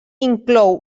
inclou